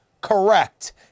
correct